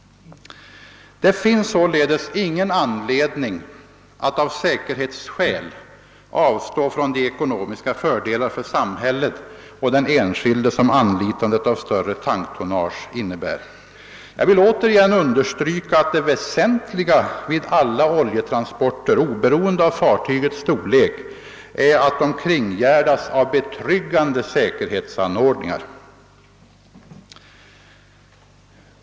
Det finns således ingen anledning att av säkerhetsskäl avstå från de ekonomiska fördelar för samhället och den enskilde som anlitandet av större tanktonnage innebär. Jag vill återigen understryka att det väsentliga vid alla oljetransporter, oberoende av fartygets storlek, är att de kringgärdas av betryggande säkerhetsanordningar.